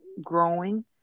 growing